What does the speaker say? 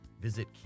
Visit